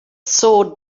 sword